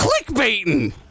clickbaiting